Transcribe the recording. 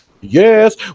Yes